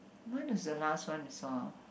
when was the last one you saw